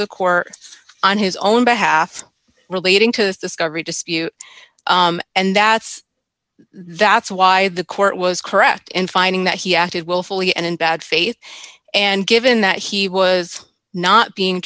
the core on his own behalf relating to discovery dispute and that's that's why the court was correct in finding that he acted willfully and in bad faith and given that he was not being